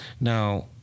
Now